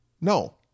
No